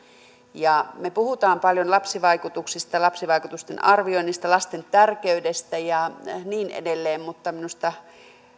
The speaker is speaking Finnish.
me puhumme paljon lapsivaikutuksista ja lapsivaikutusten arvioinnista lasten tärkeydestä ja niin edelleen mutta minusta